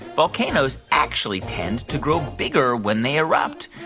volcanoes actually tend to grow bigger when they erupt.